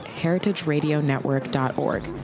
heritageradionetwork.org